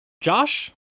Josh